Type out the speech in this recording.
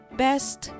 best